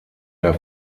der